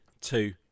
two